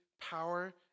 power